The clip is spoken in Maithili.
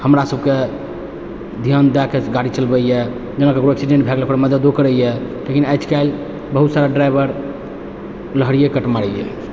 हमरा सबके धियान दऽ कऽ गाड़ी चलबैए जेना ककरो एक्सीडेन्ट भऽ गेल ओकर मददो करैए लेकिन आइ काल्हि बहुत सारा ड्राइवर लहरिये कट मारैए